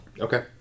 Okay